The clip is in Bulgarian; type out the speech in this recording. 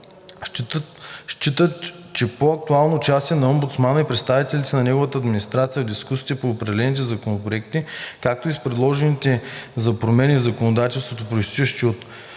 считат, че по-активното участие на омбудсмана и представители на неговата администрация в дискусиите по отделни законопроекти, както и с предложения за промени в законодателството, произтичащи от